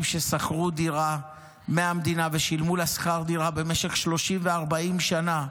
ששכרו דירה מהמדינה ושילמו לה שכר דירה במשך 30 ו-40 שנה.